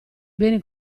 beni